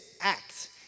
act